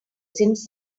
since